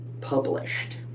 published